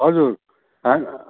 हजुर